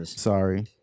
Sorry